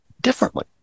differently